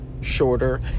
shorter